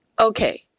okay